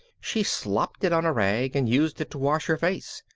she slopped it on a rag and used it to wash her face.